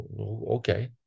Okay